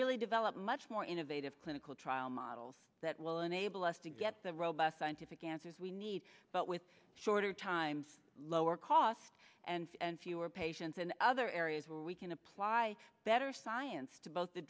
really develop much more innovative clinical trial models that will enable us to get the robust scientific answers we need but with shorter times lower cost and fewer patients in other areas where we can apply better science to both the